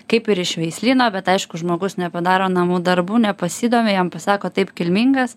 kaip ir iš veislyno bet aišku žmogus nepadaro namų darbų nepasidomi jam pasako taip kilmingas